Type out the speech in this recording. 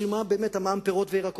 בשביל מה מע"מ על פירות וירקות?